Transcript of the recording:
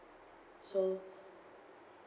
so